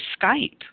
Skype